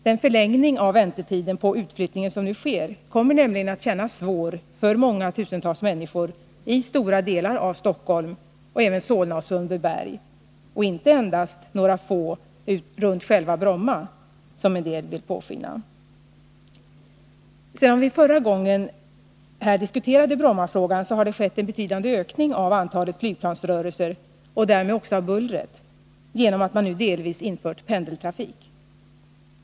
Den förlängning av väntan på utflyttningen som nu sker kommer nämligen att kännas svår för tusentals människor i stora delar av Stockholm och även i Solna och Sundbyberg och inte endast för några få runt själva Bromma, såsom en del vill låta påskina. Sedan vi förra gången här diskuterade Brommafrågan har det skett en betydande ökning av antalet flygplansrörelser och därmed också av bullret genom att man nu delvis infört pendeltrafik.